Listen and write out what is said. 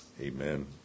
Amen